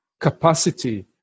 capacity